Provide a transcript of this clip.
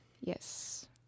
Yes